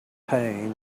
pain